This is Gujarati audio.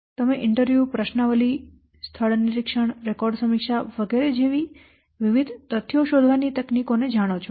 તમે ઇન્ટરવ્યૂ પ્રશ્નાવલિ સ્થળ નિરીક્ષણ રેકોર્ડ સમીક્ષા વગેરે જેવી વિવિધ તથ્યો શોધવાની તકનીકોને જાણો છો